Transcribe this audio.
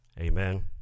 Amen